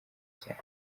cyane